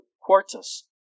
Quartus